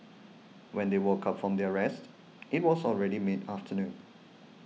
when they woke up from their rest it was already mid afternoon